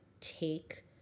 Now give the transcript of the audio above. take